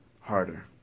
harder